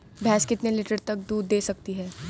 भैंस कितने लीटर तक दूध दे सकती है?